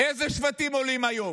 אילו שבטים עולים היום?